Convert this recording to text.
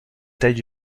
taille